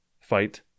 fight